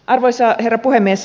arvoisa herra puhemies